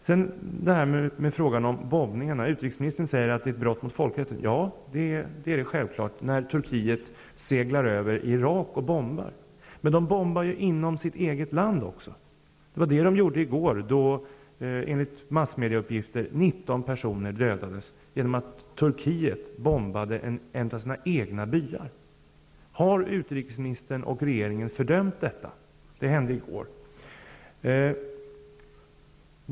Sedan till frågan om bombningarna. Utrikesministern säger att de är ett brott mot folkrätten. Ja, det är det självklart när turkiska stridskrafter flyger in över Irak och bombar. Men de bombar ju inom sitt eget land också. Det var vad som skedde i går. Enligt massmediauppgifter dödades 19 personer när Turkiet bombade en av sina egna byar. Har utrikesministern och regeringen fördömt detta? Det hände som sagt i går.